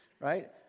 right